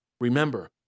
Remember